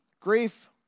grief